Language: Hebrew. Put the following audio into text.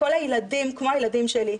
לכל הילדים כמו הילדים שלי,